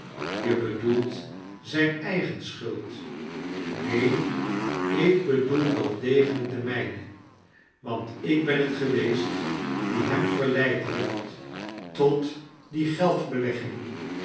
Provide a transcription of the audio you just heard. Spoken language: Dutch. je bedoelt zijn eigen schulcu neen ik bedoel wel degelijk de mijne want ik ben het geweest die hem verleid heeft tot die